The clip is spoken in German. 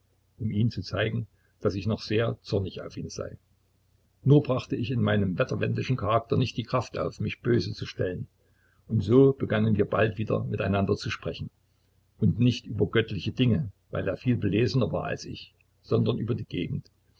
um ihm zu zeigen daß ich noch sehr zornig auf ihn sei nur brachte ich in meinem wetterwendischen charakter nicht die kraft auf mich böse zu stellen und so begannen wir bald wieder miteinander zu sprechen und nicht über göttliche dinge weil er viel belesener war als ich sondern über die gegend